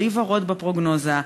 בלי ורוד בפרוגנוזה.